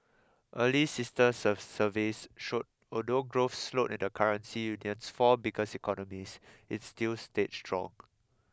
early sister of surveys showed although growth slowed in the currency union's four biggest economies it still stayed strong